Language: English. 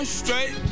straight